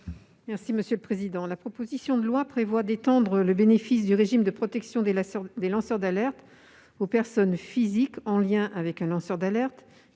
de la commission ? La proposition de loi prévoit d'étendre le bénéfice des mesures de protection des lanceurs d'alerte « aux personnes physiques en lien avec un lanceur d'alerte,